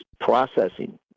processing